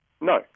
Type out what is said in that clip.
No